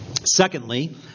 Secondly